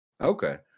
Okay